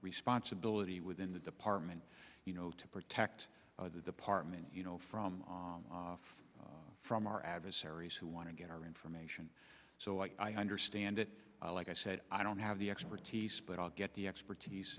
responsibility within the department you know to protect the department you know from far from our adversaries who want to get our information so i understand it like i said i don't have the expertise but i'll get the expertise